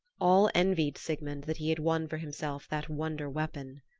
all envied sigmund that he had won for himself that wonder-weapon.